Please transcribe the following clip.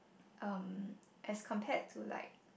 um as compared to like